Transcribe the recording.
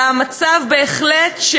ובהחלט,